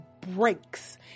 breaks